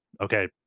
okay